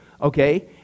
okay